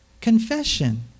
Confession